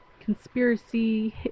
conspiracy